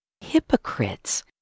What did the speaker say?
Hypocrites